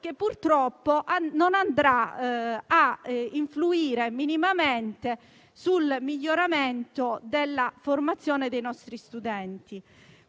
che, purtroppo, non andrà a influire minimamente sul miglioramento della formazione dei nostri studenti.